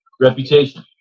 reputation